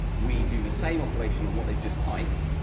we do the same operation on what they just typed,